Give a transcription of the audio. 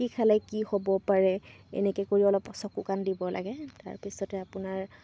কি খালে কি হ'ব পাৰে এনেকৈ কৰি অলপ চকু কাণ দিব লাগে তাৰপিছতে আপোনাৰ